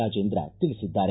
ರಾಜೇಂದ್ರ ತಿಳಿಸಿದ್ದಾರೆ